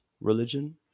religion